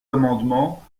amendements